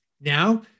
Now